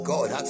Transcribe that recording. God